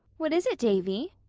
what is it, davy?